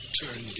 turn